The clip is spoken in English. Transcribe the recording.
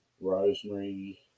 Rosemary